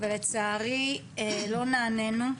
ולצערי לא נענינו.